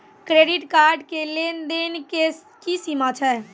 Credit card के लेन देन के की सीमा छै?